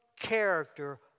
character